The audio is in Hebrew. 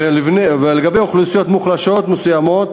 ולגבי אוכלוסיות מוחלשות מסוימות,